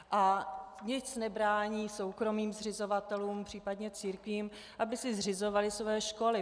A nic nebrání soukromým zřizovatelům, případně církvím, aby si zřizovali své školy.